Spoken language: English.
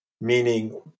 meaning